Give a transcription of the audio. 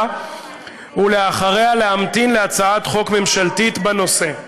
ואחריה להמתין להצעת חוק ממשלתית בנושא.